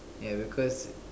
ya because